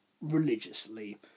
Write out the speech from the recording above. religiously